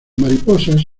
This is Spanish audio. mariposas